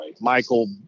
Michael